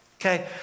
Okay